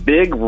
Big